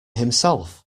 himself